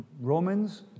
Romans